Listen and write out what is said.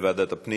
לוועדת הפנים.